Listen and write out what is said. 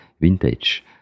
vintage